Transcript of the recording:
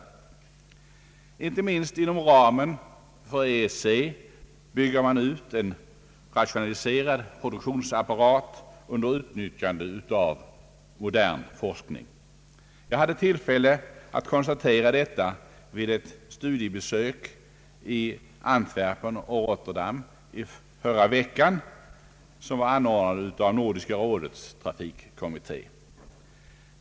Inte minst inom ramen för EEC bygger man ut en väl rationaliserad produktionsapparat under utnyttjande av modern forskning. Jag hade tillfälle att konstatera detta vid ett studiebesök i Antwerpen och BRotterdam i förra veckan, anordnat av Nordiska rådets trafikkommitté.